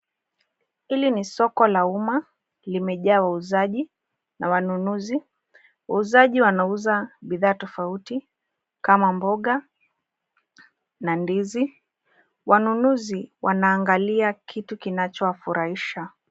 Hili ni soko la umma, limejaa wauzaji na wanunuzi. Wauzaji wanauza bidhaa tofauti kama mboga na ndizi, wanunuzi wanaangalia kitu kinacho wafurahisha.